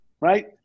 right